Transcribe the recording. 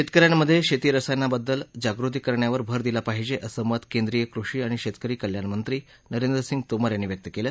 शेतक यांमधे शेती रसायनबद्दल जागृती करण्यावर भर दिला पाहिजे असं मत केंद्रिय कृषी आणि शेतकरी कल्याणमंत्री नरेंद्रसिंग तोमर यांनी व्यक्त केलं